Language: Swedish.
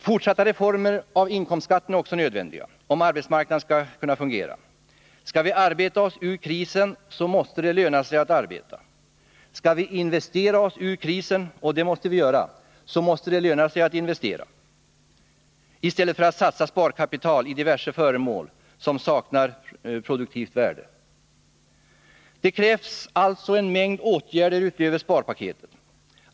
Fortsatta reformer av inkomstskatten är också nödvändiga om arbetsmarknaden skall fungera. Skall vi arbeta oss ur krisen måste det löna sig att arbeta! Skall vi investera oss ur krisen, för det måste vi också göra, måste det löna sig att investera, i stället för att satsa sparkapital i diverse föremål som saknar produktivt värde. Det krävs alltså en mängd åtgärder utöver sparpaketet.